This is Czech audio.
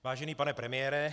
Vážený pane premiére.